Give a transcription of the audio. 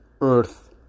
earth